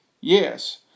Yes